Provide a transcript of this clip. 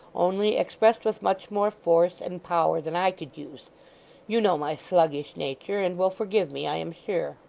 only expressed with much more force and power than i could use you know my sluggish nature, and will forgive me, i am sure